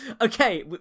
Okay